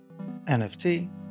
NFT